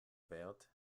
verte